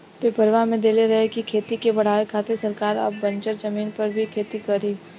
पेपरवा में देले रहे की खेती के बढ़ावे खातिर सरकार अब बंजर जमीन पर भी खेती करी